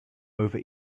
over